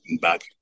back